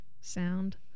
sound